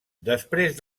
després